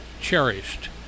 cherished